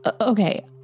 Okay